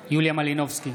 מלינובסקי,